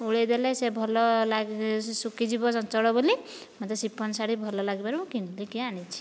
ଓଳାଇ ଦେଲେ ସେ ଭଲ ଶୁଖିଯିବ ଚଞ୍ଚଳ ବୋଲି ମୋତେ ସିଫନ୍ ଶାଢ଼ୀ ଭଲ ଲାଗିବାରୁ ମୁଁ କିଣିକି ଆଣିଛି